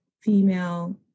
female